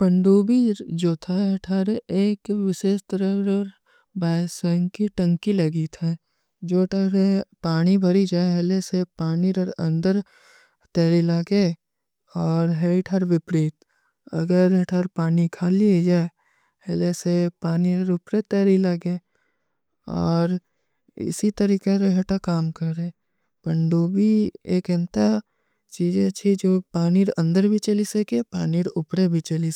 ପଂଡୂବୀ ଜୋ ଥା ହୈ ଥାରେ ଏକ ଵିଶେଶ ତରଵର ବୈସେଂଗ କୀ ଟଂକୀ ଲଗୀତ ହୈଂ। ଜୋ ଥାରେ ପାଣୀ ଭରୀ ଜାଏ, ହେଲେ ସେ ପାଣୀ ରର ଅଂଦର ତୈରୀ ଲାଗେ ଔର ହେଲେ ଥାର ଵିପରୀତ। ଅ ଗର ଯେ ଥାରେ ପାଂୀ କଲୀ ଜାଏ, ହେଲେ ସେ ପାଣୀର ଉପ୍ରେ ତୈରୀ ଲାଗେ, ଔର ଇସଵୀ ତରିକେ ରହେ ଥା କାମ କରେଂ। ପଂଡୂବୀ ଏକ ଅଂତା ଚୀଜିଯା ଚୀଜ ହୈ, ଜୋ ପାଁଣୀର ଅଂଦର ଭୀ ଚଲୀ ସକେଂ ପାଣୀର ଉପ୍ରେ ଭୀ ଚଲୀ